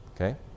okay